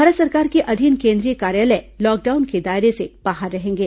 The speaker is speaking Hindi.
भारत सरकार के अधीन केंद्रीय कार्यालय लॉकडाउन के दायरे से बाहर रहेंगे